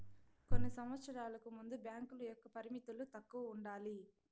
కొన్ని సంవచ్చరాలకు ముందు బ్యాంకుల యొక్క పరిమితులు తక్కువ ఉండాలి